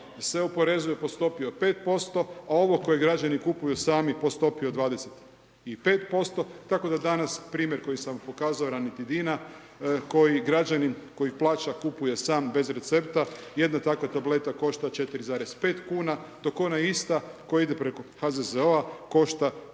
se oporezuje po stopi od 5%, a ovo koje građani kupuju sami po stopi od 25%, tako da danas primjer koji sam vam pokazao ranitidina koji građanin, koji plaća, kupuje sam bez recepta. Jedna takva tableta košta 4,5kn dok ona ista koja ide preko HZZO-a košta